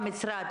שמענו את המשרד,